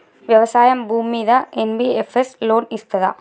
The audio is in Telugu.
వ్యవసాయం భూమ్మీద ఎన్.బి.ఎఫ్.ఎస్ లోన్ ఇస్తదా?